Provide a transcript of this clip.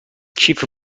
کیف